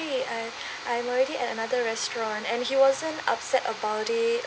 I'm I'm already at another restaurant and he wasn't upset about it